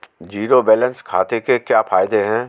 Zero balance खाते के क्या फायदे हैं?